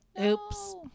oops